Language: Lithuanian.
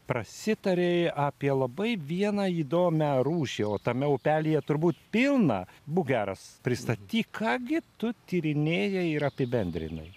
prasitarei apie labai vieną įdomią rūšį o tame upelyje turbūt pilna būk geras pristatyk ką gi tu tyrinėjai ir apibendrinai